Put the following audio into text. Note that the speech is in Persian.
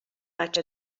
بچه